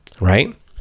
right